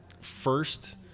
first